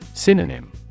Synonym